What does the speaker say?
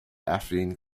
affine